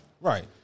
Right